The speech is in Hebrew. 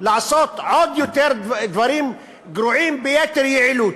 לעשות עוד יותר דברים גרועים ביתר יעילות,